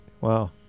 Wow